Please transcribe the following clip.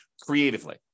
creatively